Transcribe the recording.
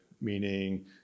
meaning